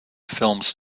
films